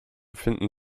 finden